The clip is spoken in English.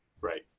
Right